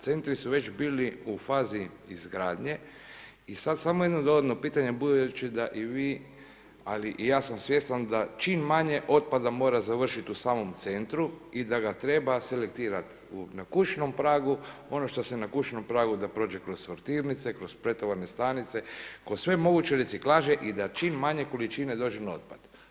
Centri su već bili u fazi izgradnje i sada samo jedno dodatno pitanje, budući da i vi ali i ja sam svjestan da čim manje otpada mora završiti u samom centru i da ga treba selektirati na kućnom pragu, ono što se na kućnom pragu da prođe kroz sortirnice, kroz pretovarne stanice, kroz sve moguće reciklaže i da čim manje količine dođu na otpad.